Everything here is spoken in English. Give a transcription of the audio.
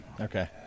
okay